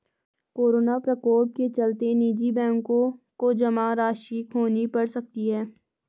corona प्रकोप के चलते निजी बैंकों को जमा राशि खोनी पढ़ सकती है